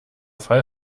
fall